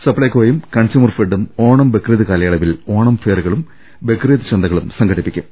സപ്ലൈകോയും consumer ഫെഡും ഓണം ബക്രീദ് കാലയള വിൽ ഓണം ഫെയറുകളും ബക്രീദ് ചന്തകളും സംഘടിപ്പിക്കും